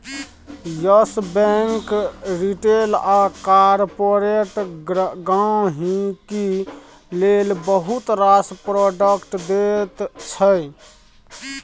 yes Bank retail आ corporate गांहिकी लेल बहुत रास प्रोडक्ट दैत छै